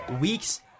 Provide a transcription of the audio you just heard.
weeks